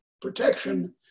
protection